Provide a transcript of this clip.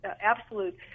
absolute